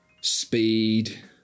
speed